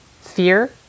fear